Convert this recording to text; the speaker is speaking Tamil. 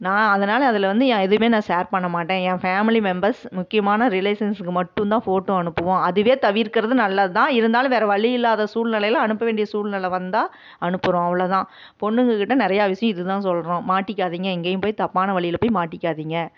நான் அதனால் அதில் வந்து என் எதுவுமே நான் ஷேர் பண்ண மாட்டேன் என் ஃபேம்லி மெம்பர்ஸ் முக்கியமான ரிலேஷன்ஸுக்கு மட்டும் தான் ஃபோட்டோ அனுப்புவோம் அதுவே தவிர்க்கிறது நல்லது தான் இருந்தாலும் வேறு வழி இல்லாத சூழ்நிலையில் அனுப்ப வேண்டிய சூழ்நிலை வந்தா அனுப்புறோம் அவ்வளோ தான் பொண்ணுங்கக்கிட்ட நிறையா விஷயம் இது தான் சொல்கிறோம் மாட்டிக்காதிங்க எங்கேயும் போய் தப்பான வழியில் போய் மாடிக்காதிங்க